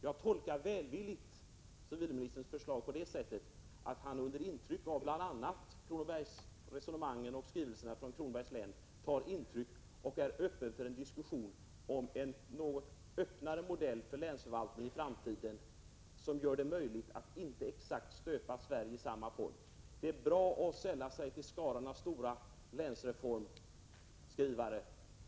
Jag tolkar välvilligt civilministerns förslag så, att han tar intryck bl.a. av Kronobergsresonemangen och skrivelserna från Kronobergs län och är beredd att föra diskussioner om en något öppnare framtida modell för länsförvaltningen som innebär att inte hela Sverige behöver stöpas i exakt samma form. Det är bra om man kan sälla sig till skaran av stora länsreformskrivare.